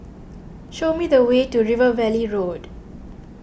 show me the way to River Valley Road